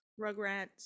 Rugrats